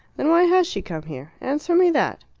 then why has she come here? answer me that.